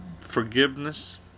Forgiveness